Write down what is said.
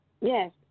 Yes